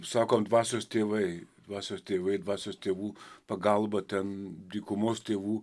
sakom dvasios tėvai dvasios tėvai dvasios tėvų pagalba ten dykumos tėvų